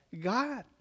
God